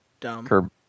Dumb